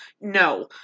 no